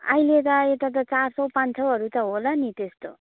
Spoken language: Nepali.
अहिले त यता त चार सौ पाँच सौहरू त होला नि त्यस्तो